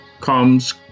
comes